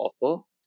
offer